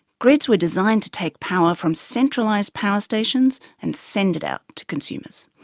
grids were designed to take power from centralised power stations and send it out to consumers.